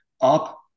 up